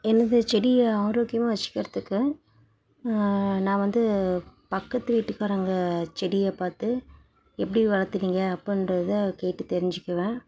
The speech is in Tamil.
எனது செடியை ஆரோக்கியமாக வச்சிக்கிறத்துக்கு நான் வந்து பக்கத்து வீட்டுக்காரங்க செடியை பார்த்து எப்படி வளத்துனீங்க அப்படின்றத கேட்டு தெரிஞ்சிக்குவேன்